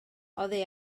oddi